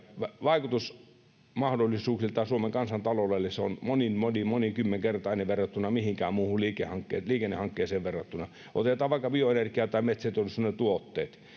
vaikutusmahdollisuuksiltaan suomen kansantaloudelle se on moni monikymmenkertainen verrattuna mihinkään muuhun liikennehankkeeseen otetaan vaikka bioenergia tai metsäteollisuuden tuotteet